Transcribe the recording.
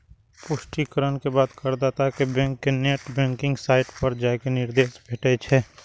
पुष्टिकरण के बाद करदाता कें बैंक के नेट बैंकिंग साइट पर जाइ के निर्देश भेटै छै